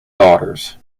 daughters